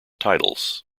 titles